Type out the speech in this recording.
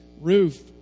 roof